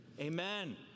Amen